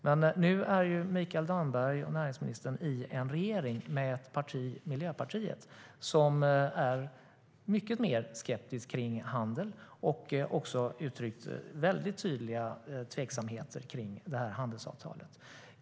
Men nu är Mikael Damberg i regering med Miljöpartiet, som är mycket mer skeptiskt när det gäller handel och också uttrycker tydliga tveksamheter rörande handelsavtalet.